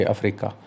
Africa